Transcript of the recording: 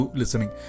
listening